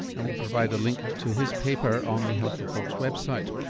and we'll provide a link to his paper on the health report's website.